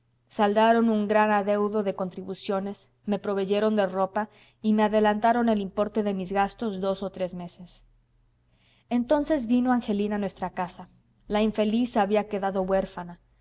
saldaron un gran adeudo de contribuciones me proveyeron de ropa y me adelantaron el importe de mis gastos dos o tres meses entonces vino angelina a nuestra casa la infeliz había quedado huérfana